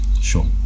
sure